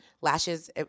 lashes